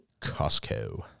Costco